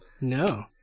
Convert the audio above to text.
No